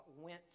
went